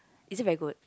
is it very good